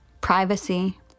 privacy